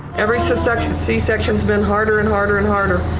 every c-section c-section has been harder and harder and harder.